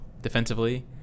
defensively